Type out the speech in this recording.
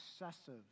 obsessive